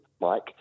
Mike